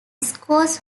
scores